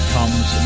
Comes